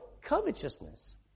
covetousness